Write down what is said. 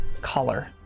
color